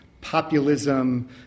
populism